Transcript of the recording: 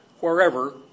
wherever